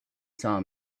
saw